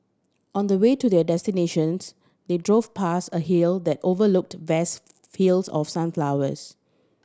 on the way to their destinations they drove past a hill that overlooked vast fields of sunflowers